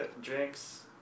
drinks